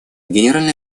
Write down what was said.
генеральной